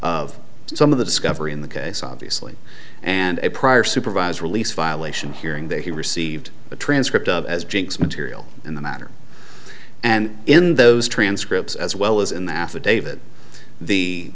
of some of the discovery in the case obviously and a prior supervised release violation hearing that he received a transcript of as jinx material in the matter and in those transcripts as well as in the affidavit the